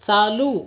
चालू